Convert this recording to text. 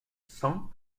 cent